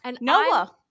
Noah